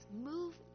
move